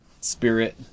spirit